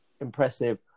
impressive